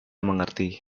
mengerti